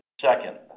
Second